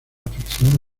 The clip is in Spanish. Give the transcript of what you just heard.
afición